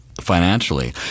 financially